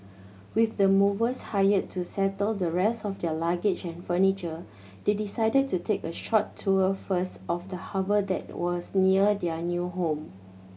with the movers hired to settle the rest of their luggage and furniture they decided to take a short tour first of the harbour that was near their new home